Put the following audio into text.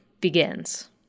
begins